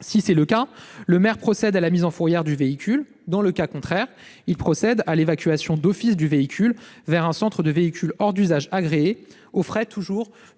si c'est le cas, le maire procède à la mise en fourrière du véhicule ; dans le cas contraire, il procède à l'évacuation d'office du véhicule vers un centre de véhicules hors d'usage agréé, aux frais